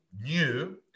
new